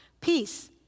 peace